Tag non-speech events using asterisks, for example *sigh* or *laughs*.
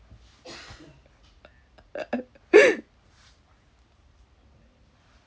*laughs*